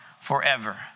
forever